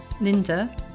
linda